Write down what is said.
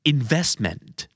Investment